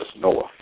Noah